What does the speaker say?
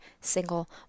single